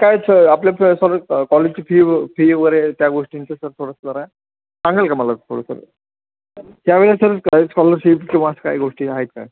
काय स आपलेच सर कॉलेजची फी फी वगैरे त्या गोष्टींचं सर थोडंसं जरा सांगाल का मला थोडंसं त्यावेळेस सर काय स्कॉलरशिप किंवा काय गोष्टी आहेत काय